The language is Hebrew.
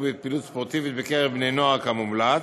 בפעילות ספורטיבית בקרב בני נוער כמומלץ,